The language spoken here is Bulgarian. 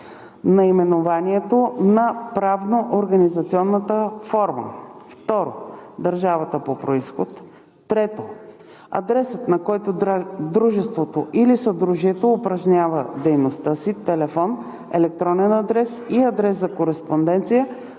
наименованието и правноорганизационната форма; 2. държавата по произход; 3. адресът, на който дружеството или съдружието упражнява дейността си, телефон, електронен адрес и адрес за кореспонденция,